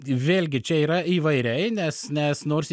vėlgi čia yra įvairiai nes nes nors